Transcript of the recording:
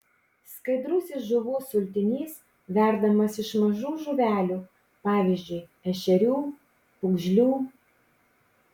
skaidrusis žuvų sultinys verdamas iš mažų žuvelių pavyzdžiui ešerių pūgžlių